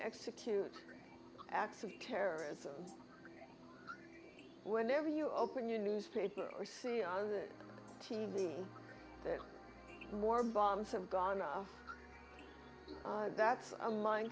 execute acts of terror whenever you open your newspaper or see on the t v that more bombs have gone off that's a min